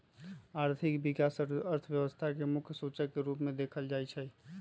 आर्थिक विकास अर्थव्यवस्था के मुख्य सूचक के रूप में देखल जाइ छइ